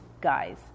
guys